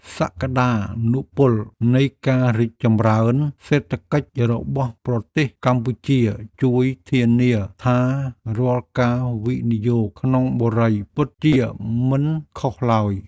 សក្តានុពលនៃការរីកចម្រើនសេដ្ឋកិច្ចរបស់ប្រទេសកម្ពុជាជួយធានាថារាល់ការវិនិយោគក្នុងបុរីពិតជាមិនខុសឡើយ។